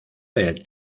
del